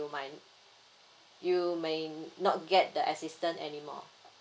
you might you may not get the assistance anymore